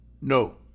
No